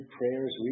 prayers